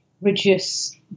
reduce